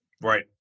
Right